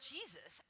Jesus